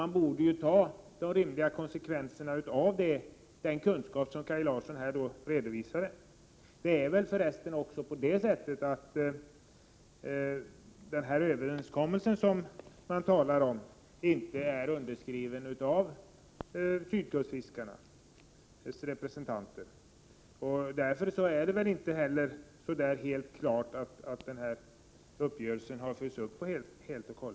Man borde dra de rimliga slutsatserna av denna här av Kaj Larsson redovisade kunskap. Det är väl förresten också så, att den överenskommelse som man talar om inte är underskriven av sydkustfiskarnas representanter. Därför är det väl inte heller så klart att den här uppgörelsen helt har följts upp.